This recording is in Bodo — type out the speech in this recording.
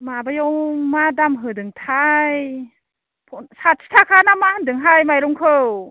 माबायाव मा दाम होदोंथाइ साथि थाखा ना मा होन्दों हाइ माइरंखौ